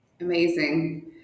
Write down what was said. Amazing